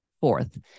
Fourth